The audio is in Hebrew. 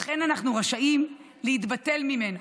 אך אין אנחנו רשאים ליבטל ממנה.